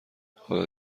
حالا